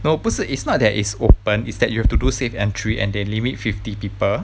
no 不是 it's not that it's open is that you have to do safe entry and they limit fifty people